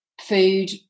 food